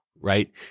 right